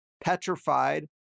petrified